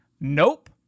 nope